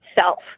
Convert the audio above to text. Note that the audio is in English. self